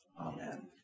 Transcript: Amen